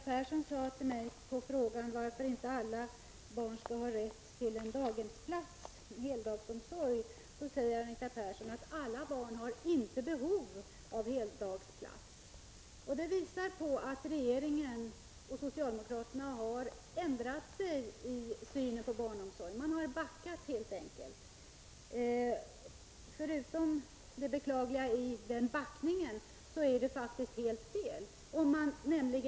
Herr talman! På min fråga varför inte alla barn skall ha rätt till 4 december 1985 heldagsomsorg svarar Anita Persson att inte alla barn har behov av heldagsplats på daghem. Det visar att regeringen och socialdemokraterna har ändrat sig när det gäller synen på barnomsorgen. De har helt enkelt backat. Det är i sig beklagligt, men påståendet att det inte finns behov av heldagsplats för alla är faktiskt helt felaktigt.